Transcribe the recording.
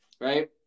right